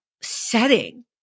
setting